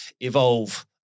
evolve